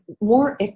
more